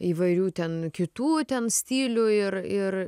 įvairių ten kitų ten stilių ir ir